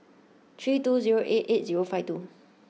three two zero eight eight zero five two